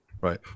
right